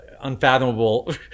unfathomable